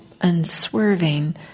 unswerving